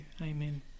amen